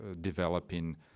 developing